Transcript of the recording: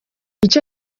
icyo